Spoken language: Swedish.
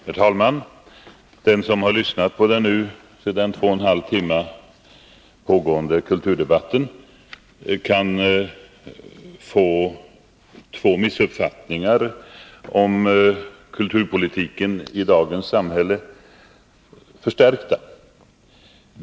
Herr talman! Den som har lyssnat på den nu sedan två och en halv timme pågående kulturdebatten kan få två missuppfattningar om kulturpolitiken i dagens samhälle förstärkta.